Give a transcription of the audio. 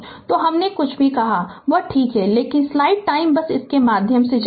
तो हमने जो कुछ भी कहा वह ठीक है लेकिन स्लाइड टाइम बस इसके माध्यम से जाएगी